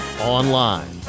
Online